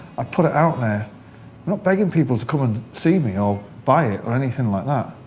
i put it out there, i'm not begging people to come and see me or buy it or anything like that,